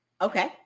Okay